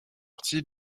partie